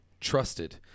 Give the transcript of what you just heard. trusted